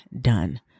done